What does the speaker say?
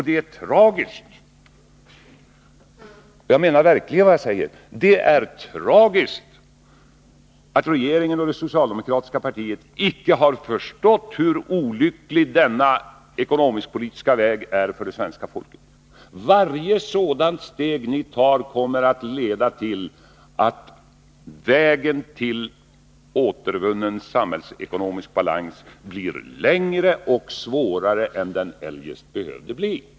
Det är tragiskt — jag menar verkligen vad jag säger — att regeringen och det socialdemokratiska partiet icke har förstått hur olycklig denna ekonomisk-politiska väg är för det svenska folket. Varje sådant steg ni tar kommer att leda till att vägen till återvunnen samhällsekonomisk balans blir längre och svårare än den eljest hade behövt bli.